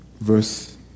verse